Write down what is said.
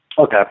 Okay